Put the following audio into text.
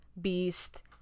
Beast